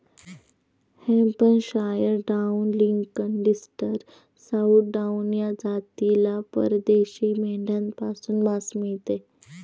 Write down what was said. Hampshire town, Lincoln, Leicester, south town या जातीला परदेशी मेंढ्यांपासून मांस मिळते